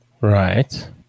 Right